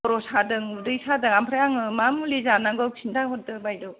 खर' सादों उदै सादों मा मुलि जानांगौ खिन्थाहरदो बायद'